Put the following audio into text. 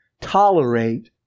tolerate